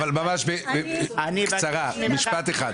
ממש בקצרה, משפט אחד.